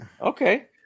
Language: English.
Okay